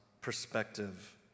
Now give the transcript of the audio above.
perspective